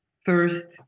first